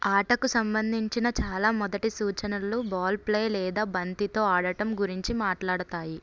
ఆటకు సంబంధించిన చాలా మొదటి సూచనలు బాల్ ప్లే లేదా బంతితో ఆడటం గురించి మాట్లాడతాయి